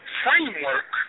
framework